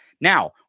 now